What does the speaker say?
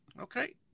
Okay